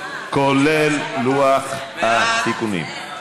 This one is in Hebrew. כולל לוח התיקונים.